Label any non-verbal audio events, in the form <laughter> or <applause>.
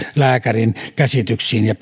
lääkärin käsityksiin ja <unintelligible>